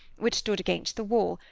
which stood against the wall,